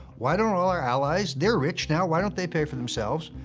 why don't all our allies, they're rich now, why don't they pay for themselves?